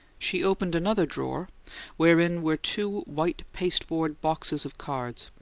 she opened another drawer wherein were two white pasteboard boxes of cards,